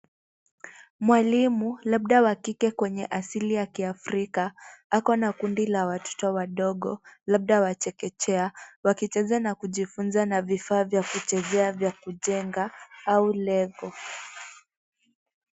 Mwalimu labda wa kike kwenye asili ya Kiafrika ako na kundi la watoto wadogo labda wa chekechea wakicheza na kujifunza na vifaa vya kuchezea vya kujenga au lego .